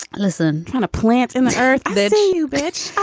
listen. trying to plant in the earth that you bitch